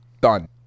done